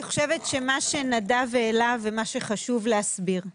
אני חושבת שמה שנדב העלה ומה שחשוב להסביר זה